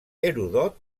heròdot